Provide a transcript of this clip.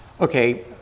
Okay